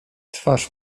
twarz